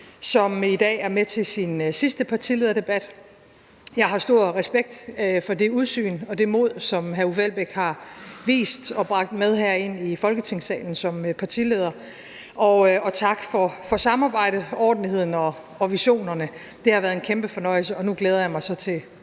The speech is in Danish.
som i dag er med til sin sidste partilederdebat. Jeg har stor respekt for det udsyn og det mod, som hr. Uffe Elbæk har udvist og bragt med herind i Folketingssalen som partileder. Tak for samarbejdet, ordentligheden og visionerne. Det har været en kæmpe fornøjelse. Og nu glæder jeg mig så til